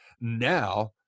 Now